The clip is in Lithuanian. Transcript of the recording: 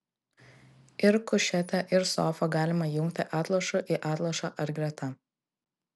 ir kušetę ir sofą galima jungti atlošu į atlošą ar greta